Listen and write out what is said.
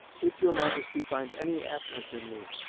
if your majesty find any aptness in me,